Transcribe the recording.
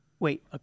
Wait